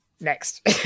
Next